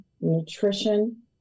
nutrition